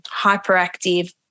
hyperactive